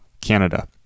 Canada